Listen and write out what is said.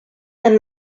and